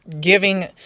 giving